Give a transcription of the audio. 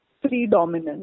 predominant